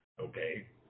okay